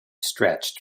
stretched